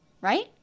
right